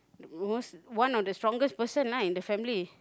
most one of the strongest person lah in the family